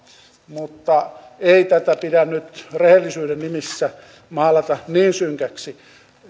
mutta ei tätä pidä nyt rehellisyyden nimissä maalata niin synkäksi